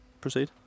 proceed